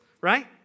right